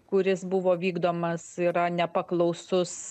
kuris buvo vykdomas yra nepaklausus